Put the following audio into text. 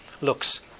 looks